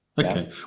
Okay